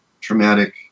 traumatic